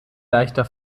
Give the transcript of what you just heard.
leichter